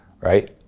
right